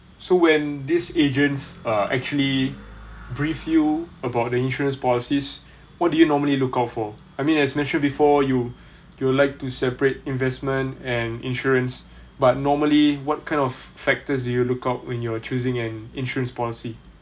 so when these agents uh actually brief you about the insurance policies what do you normally look out for I mean as mentioned before you you would like to separate investment and insurance but normally what kind of factors do you look out when you're choosing an insurance policy